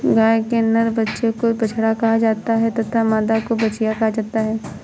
गाय के नर बच्चे को बछड़ा कहा जाता है तथा मादा को बछिया कहा जाता है